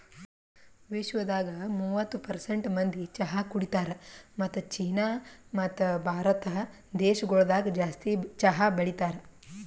ವಿಶ್ವದಾಗ್ ಮೂವತ್ತು ಪರ್ಸೆಂಟ್ ಮಂದಿ ಚಹಾ ಕುಡಿತಾರ್ ಮತ್ತ ಚೀನಾ ಮತ್ತ ಭಾರತ ದೇಶಗೊಳ್ದಾಗ್ ಜಾಸ್ತಿ ಚಹಾ ಬೆಳಿತಾರ್